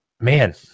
man